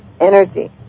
energy